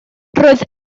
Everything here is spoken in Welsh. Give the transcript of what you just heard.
roedd